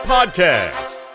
Podcast